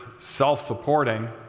self-supporting